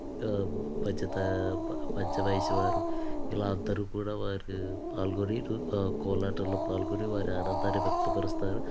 మ మధ్య తర మధ్య వయసు వారు ఇలా అందరు కూడా వారు పాల్గొని కోలాటంలో కూడా పాల్గొని వారి ఆనందాన్ని వ్యక్త పరుస్తారు